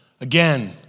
again